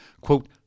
quote